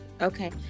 Okay